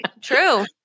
True